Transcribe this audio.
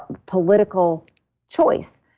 political choice.